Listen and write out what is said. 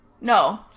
No